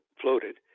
floated